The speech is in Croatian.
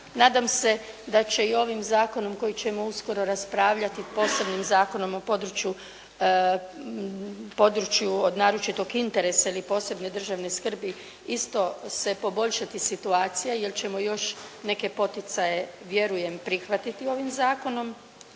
Nadam se da će i ovim zakonom kojeg ćemo uskoro raspravljati posebnim zakonom o području od naročitog interesa ili posebne državne skrbi isto se poboljšati situacija jer ćemo još neke poticaje, vjerujem prihvatiti ovim zakonom.